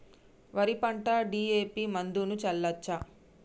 వరి పంట డి.ఎ.పి మందును చల్లచ్చా?